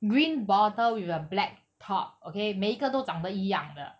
green bottle with a black top okay 每一个都长得一样的